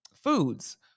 foods